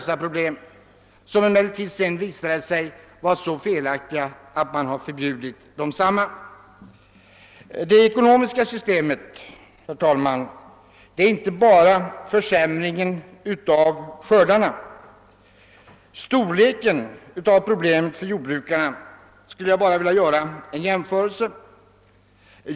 Dessa metoder visade sig emellertid senare vara så felaktiga på grund av andra orsaker att man har förbjudit dem. Det ekonomiska problemet, herr talman, gäller inte bara försämringen av skördarna. Beträffande storleken av problemet för jordbrukarna skulle jag vilja göra en jämförelse.